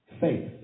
faith